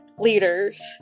leaders